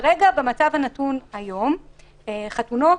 במצב הנתון היום חתונות,